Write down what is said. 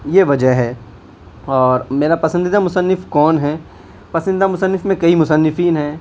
یہ وجہ ہے اور میرا پسندیدہ مصنف کون ہے پسندیدہ مصنف میں کئی مصنفین ہیں